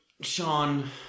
Sean